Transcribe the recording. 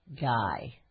guy